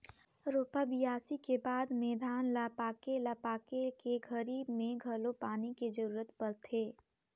रोपा, बियासी के बाद में धान ल पाके ल पाके के घरी मे घलो पानी के जरूरत परथे